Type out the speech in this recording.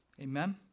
Amen